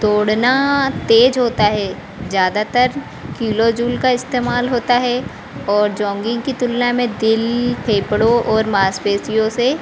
दौड़ना तेज होता है ज़्यादातर किलो जूल का इस्तेमाल होता है और जॉन्गिंग की तुलना में दिल फेफड़ों और मांसपेशियों से